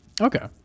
Okay